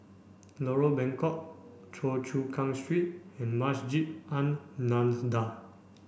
Lorong Bengkok Choa Chu Kang Street and Masjid An Nahdhah